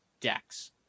decks